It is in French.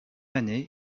année